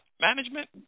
management